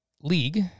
league